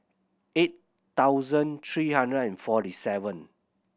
eight thousand three hundred and forty seven